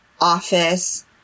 office